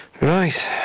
Right